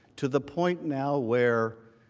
to the point now where